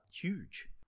huge